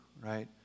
right